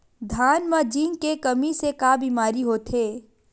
धान म जिंक के कमी से का बीमारी होथे?